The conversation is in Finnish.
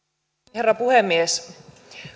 herra puhemies